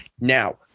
Now